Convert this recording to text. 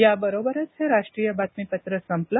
या बरोबरच हे राष्ट्रीय बातमीपत्र संपलं